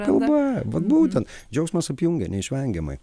kalba vat būtent džiaugsmas apjungia neišvengiamai